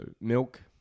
milk